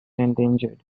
endangered